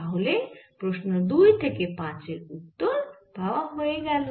তাহলে প্রশ্ন দুই থেকে পাঁচের উত্তর পাওয়া হয়ে গেল